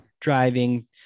driving